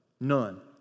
None